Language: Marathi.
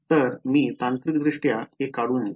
तर मी तांत्रिकदृष्ट्या हे काढू नये